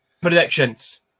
Predictions